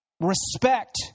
Respect